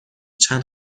چند